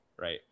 right